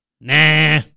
Nah